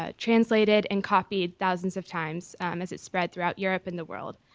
ah translated and copied thousands of times as it spread throughout europe and the world.